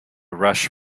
rush